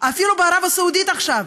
אפילו בערב הסעודית עכשיו,